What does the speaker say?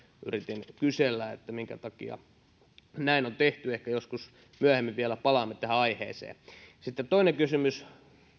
yritin kysellä minkä takia näin on tehty ehkä joskus myöhemmin vielä palaamme tähän aiheeseen sitten toinen kysymys